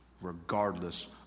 regardless